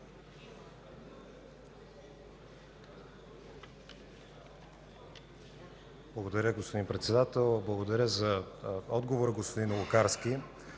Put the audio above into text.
Благодаря, господин Председател. Благодаря за отговора, господин Лукарски.